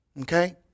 Okay